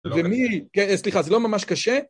ומי, כן סליחה זה לא ממש קשה